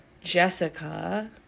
Jessica